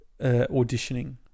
auditioning